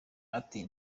ati